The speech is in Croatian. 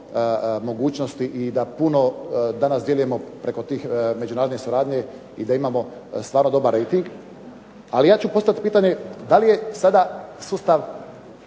mogućnosti i da puno danas dijelimo preko te međunarodne suradnje i da imamo stvarno dobar rejting. Ali ja ću postaviti pitanje da li je sada sustav,